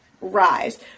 rise